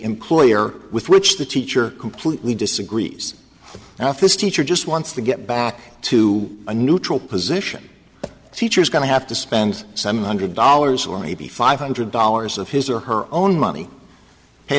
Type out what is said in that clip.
employer with which the teacher completely disagrees and if this teacher just wants to get back to a neutral position teacher is going to have to spend seven hundred dollars or maybe five hundred dollars of his or her own money